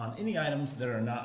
off any items that are not